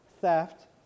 theft